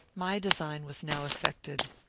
my design was now effected.